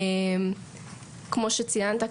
כמו שציינת,